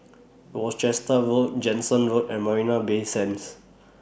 Worcester Road Jansen Road and Marina Bay Sands